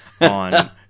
on